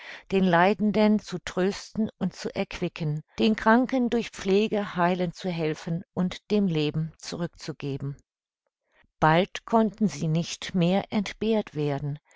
den leidenden zu trösten und zu erquicken den kranken durch pflege heilen zu helfen und dem leben zurückzugeben bald konnten sie nicht mehr entbehrt werden